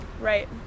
Right